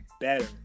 better